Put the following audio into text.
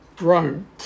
Rome